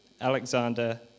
alexander